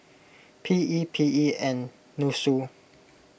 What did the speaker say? P E P E and Nussu